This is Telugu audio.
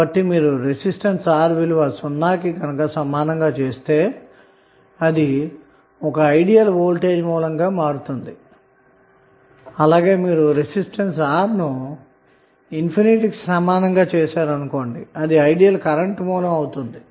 కాబట్టి మీరు రెసిస్టెన్స్ R విలువ 0 కి సమానంగా చేస్తే ఇది ఐడియల్ వోల్టేజ్ సోర్స్ గా మారుతుంది అలాగే రెసిస్టెన్స్ R ను ఇన్ఫినిటీకి సమానంగా చేస్తే ఇది ఐడియల్ కరెంటు సోర్స్ గా మారుతుంది